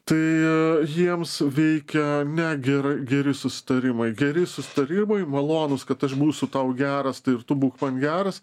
tai jiems veikia netgi ir geri susitarimai geri susitarimai malonūs kad aš būsiu tau geras tai ir tu būk man geras